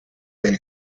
del